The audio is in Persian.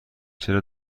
چرا